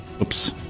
Oops